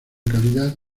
calidad